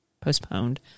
postponed